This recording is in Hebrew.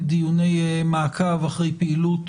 דיוני מעקב אחרי פעילות,